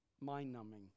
mind-numbing